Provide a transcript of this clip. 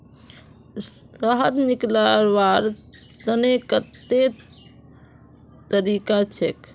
शहद निकलव्वार तने कत्ते तरीका छेक?